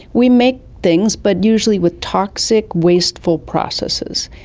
we make things but usually with toxic wasteful processes.